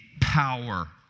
power